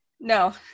No